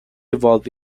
evolve